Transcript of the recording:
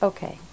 Okay